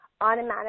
automatic